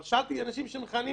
אבל שאלתי אנשים שמכהנים.